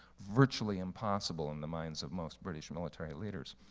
virtually impossible in the minds of most british military leaders.